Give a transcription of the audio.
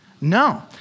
No